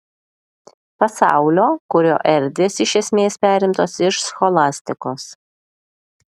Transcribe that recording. pasaulio kurio erdvės iš esmės perimtos iš scholastikos